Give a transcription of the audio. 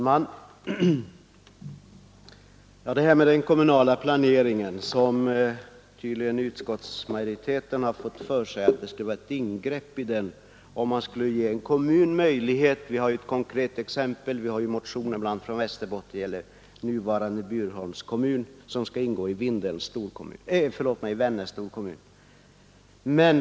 Fru talman! Utskottets majoritet har tydligen fått för sig att det skulle vara ett ingrepp i den kommunala planeringen om man ger en kommun möjlighet att få differentierat lokaliseringsstöd. Vi har ett konkret exempel i den motion, som gäller Bjurholms kommun, vilken skall ingå i Vännäs storkommun.